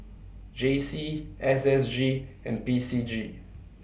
J C S S G and P C G